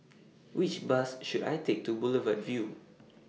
Which Bus should I Take to Boulevard Vue